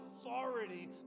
authority